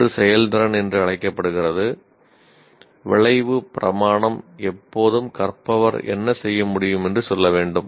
ஒன்று செயல்திறன் என்று அழைக்கப்படுகிறது விளைவு பிரமாணம் எப்போதும் கற்பவர் என்ன செய்ய முடியும் என்று சொல்ல வேண்டும்